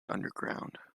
underground